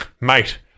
Mate